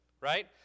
right